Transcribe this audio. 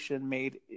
made